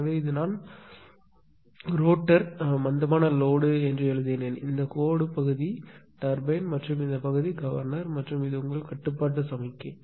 எனவே இது நான் ரோட்டர் மந்தமான லோடு எழுதினேன் இது இந்த கோடு பகுதி டர்பைன் மற்றும் இந்த பகுதி கவர்னர் மற்றும் இது உங்கள் கட்டுப்பாட்டு சமிக்ஞை